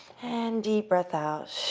and deep breath out.